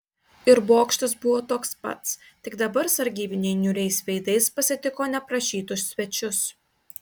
ir bokštas buvo toks pats tik dabar sargybiniai niūriais veidais pasitiko neprašytus svečius